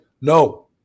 no